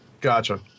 Gotcha